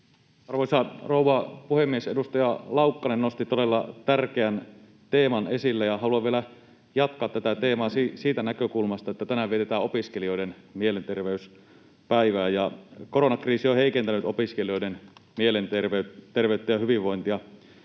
Arvoisa rouva puhemies! Edustaja Laukkanen nosti todella tärkeän teeman esille, ja haluan vielä jatkaa tätä teemaa siitä näkökulmasta, että tänään vietetään opiskelijoiden mielenterveyspäivää, ja koronakriisi on heikentänyt opiskelijoiden mielenterveyttä ja hyvinvointia.